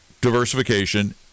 diversification